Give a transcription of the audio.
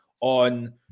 on